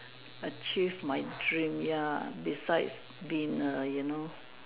achieve my dream ya besides been a you know